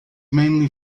mainly